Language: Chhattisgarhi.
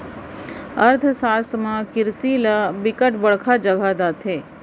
अर्थसास्त्र म किरसी ल बिकट बड़का जघा दे जाथे